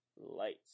Lights